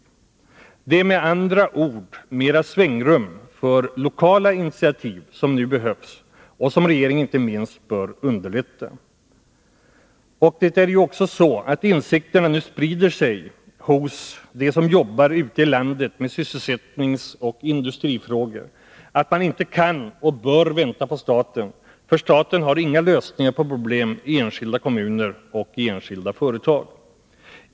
Det är med andra ord mera svängrum för lokala initiativ som nu behövs, och det bör regeringen inte minst underlätta. Och det är ju också så, att insikten nu sprider sig hos dem som jobbar ute i landet med sysselsättningsoch industrifrågor om att man inte kan och bör vänta på staten, för staten har inga lösningar på problem i enskilda kommuner och i enskilda företag.